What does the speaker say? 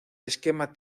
esquema